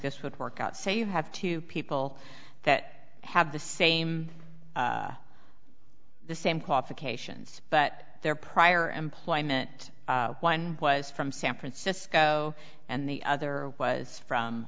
this would work out say you have two people that have the same the same qualifications but their prior employment was from san francisco and the other was from